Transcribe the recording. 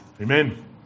Amen